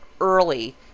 early